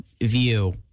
view